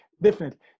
different